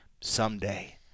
someday